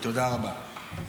תודה רבה.